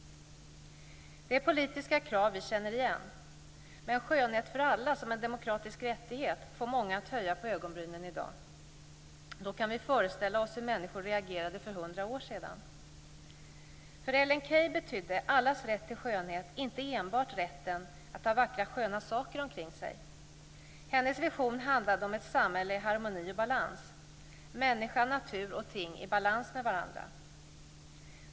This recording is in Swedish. Det är politiska krav vi känner igen, men skönhet för alla som en demokratisk rättighet får många att höja på ögonbrynen i dag. Då kan vi föreställa oss hur människor reagerade för 100 år sedan. För Ellen Key betydde allas rätt till skönhet inte enbart rätten att ha vackra sköna saker omkring sig. Hennes vision handlade om ett samhälle i harmoni och balans - människa, natur och ting i balans med varandra.